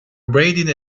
abraded